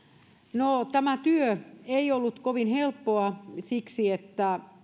no tämä työ ei ollut kovin helppoa siksi että